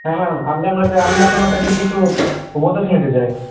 হ্যাঁ ম্যাম আপনার কাছে আমি আপনার কাছে কিছু উপদেশ নিতে চাই